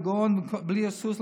בגאון ובלי היסוס,